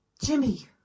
Jimmy